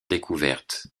découvertes